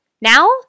Now